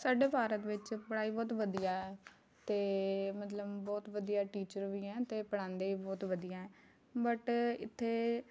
ਸਾਡੇ ਭਾਰਤ ਵਿੱਚ ਪੜ੍ਹਾਈ ਬਹੁਤ ਵਧੀਆ ਹੈ ਅਤੇ ਮਤਲਬ ਬਹੁਤ ਵਧੀਆ ਟੀਚਰ ਵੀ ਐਂ ਅਤੇ ਪੜ੍ਹਾਉਂਦੇ ਵੀ ਵਧੀਆ ਹੈ ਬਟ ਇੱਥੇ